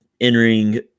entering